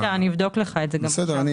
אני אבדוק לך את זה --- בסדר.